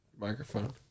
microphone